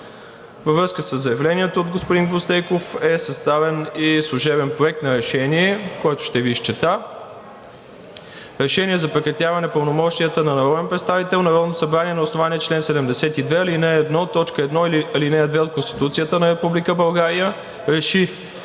Във връзка със заявлението от господин Гвоздейков е съставен и служебен проект на решение, който ще Ви изчета: „Проект! РЕШЕНИЕ за прекратяване пълномощията на народен представител Народното събрание на основание чл. 72, ал. 1, т. 1 и ал. 2 от Конституцията на Република